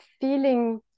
feeling